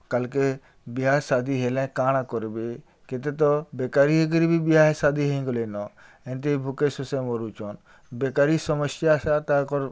କା୍ଲକେ ବିହା ସାଧି ହେଲେ କାଣା କର୍ବେ କେତେ ତ ବେକାରୀ ହେଇକିରି ବିହା ଶାଧି ହେଇଗଲେନ ଏନ୍ତି ଭୁକେ ଶୋଷେ ମରୁଚନ୍ ବେକାରୀ ସମସ୍ୟା ତାଙ୍କର୍